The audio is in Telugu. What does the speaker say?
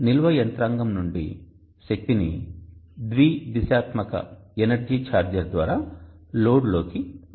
నిల్వ యంత్రాంగం నుండి శక్తిని ద్వి దిశాత్మక ఎనర్జీ ఛార్జర్ ద్వారా లోడ్లోకి మళ్ళించవచ్చు